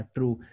True